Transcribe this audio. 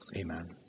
Amen